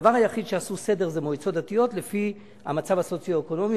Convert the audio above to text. הדבר היחיד שעשו בו סדר זה מועצות דתיות לפי המצב הסוציו-אקונומי,